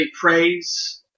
praise